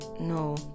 No